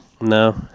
No